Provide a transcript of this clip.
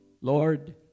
Lord